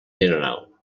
general